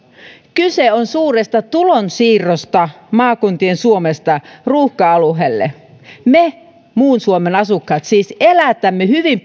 kyse on suuresta tulonsiirrosta maakuntien suomesta ruuhka alueelle me muun suomen asukkaat siis elätämme hyvin